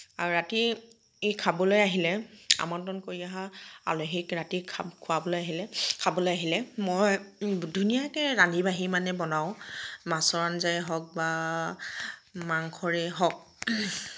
আৰু ৰাতি ই খাবলৈ আহিলে আমন্ত্ৰণ কৰি অহা আলহীক ৰাতি খা খুৱাবলৈ আহিলে খাবলৈ আহিলে মই ধুনীয়াকৈ ৰান্ধি বাঢ়ি মানে বনাওঁ মাছৰ আঞ্জায়ে হওক বা মাংসৰে হওক